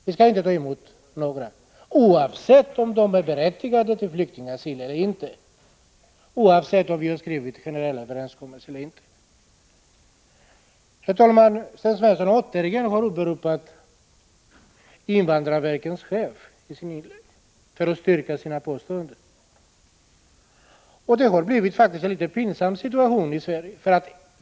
Vi skulle inte ta emot några, oavsett om de är berättigade till flyktingasyl eller inte och oavsett vilka generella överenskommelser vi har skrivit under. Herr talman! Sten Svensson har återigen åberopat invandrarverkets chef för att styrka sina påståenden. Det har faktiskt blivit en litet pinsam situation i Sverige.